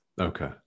Okay